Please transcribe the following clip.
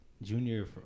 Junior